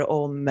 om